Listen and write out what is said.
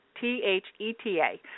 T-H-E-T-A